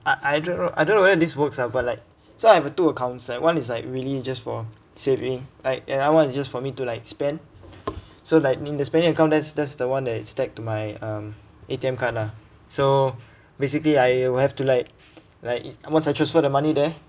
I I don't know I don't know whether this works ah but like so I have two accounts like one is like really just for saving like another [one] is just for me to like spend so like meaning the spending account that's that's the one that is tagged to my um A_T_M card ah so basically I will have to like like once I transfer the money there